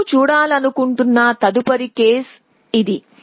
మేము చూడాలనుకుంటున్న తదుపరి కేసు ఇది